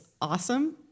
awesome